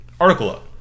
article